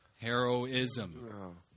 Heroism